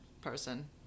person